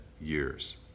years